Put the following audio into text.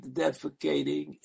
defecating